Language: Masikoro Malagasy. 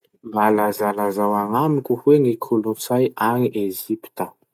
Mba lazalazao agnamiko hoe ny kolotsay agny Ezipta?